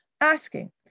asking